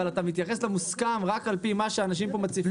אבל אתה מתייחס למוסכם רק על פי מה שאנשים פה מציגים.